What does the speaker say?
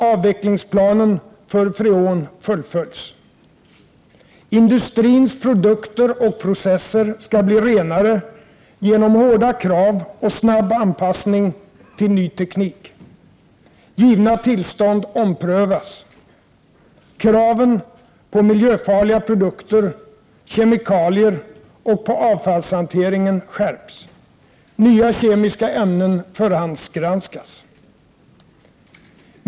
Avvecklingsplanen för freon fullföljs. Industrins produkter och processer skall bli renare genom hårda krav och snabb anpassning till ny teknik. Givna tillstånd omprövas. Kraven på miljöfarliga produkter, kemikalier och avfallshanteringen skärps. Nya kemiska ämnen förhandsgranskas.